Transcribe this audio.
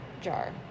jar